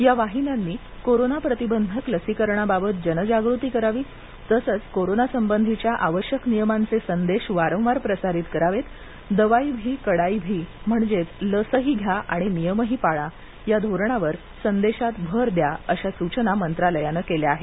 या वाहिन्यांनी कोरोना प्रतिबंधक लसीकरणाबाबत जनजागृती करावी तसंच कोरोना संबंधीच्या आवश्यक नियमाचे संदेश वारवार प्रसारित करावेत दवाई भी कडाई भी म्हणजेच लसही घ्या आणि नियमही पाळा या धोरणावर संदेशात भर द्या अशा सूचना मंत्रालयानं केल्या आहेत